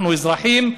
אנחנו אזרחים,